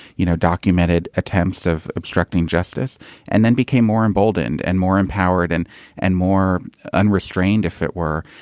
you know, documented attempts of obstructing justice and then became more emboldened and more empowered and and more unrestrained. if it were,